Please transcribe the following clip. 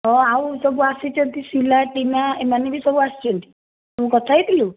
ହଁ ଆଉ ସବୁ ଆସିଛନ୍ତି ସିଲା ଟିନା ଏମାନେ ବି ସବୁ ଆସିଛନ୍ତି ତୁ କଥା ହୋଇଥିଲୁ